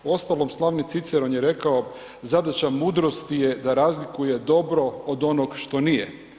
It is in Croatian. U ostalom slavni Ciceron je rekao zadaća mudrosti je da razlikuje dobro od onog što nije.